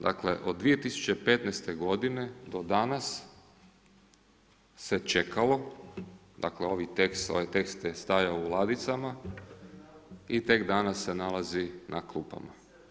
Dakle, od 2015. godine do danas se čekalo, dakle ovaj tekst je stajao u ladicama i tek danas se nalazi na klupama.